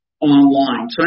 online